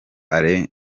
alain